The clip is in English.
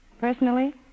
Personally